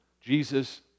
Jesus